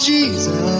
Jesus